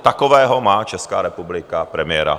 Takového má Česká republika premiéra.